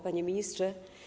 Panie Ministrze!